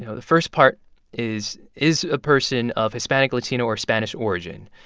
you know the first part is, is a person of hispanic, latino or spanish origin?